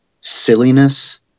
silliness